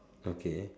okay